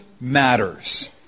Matters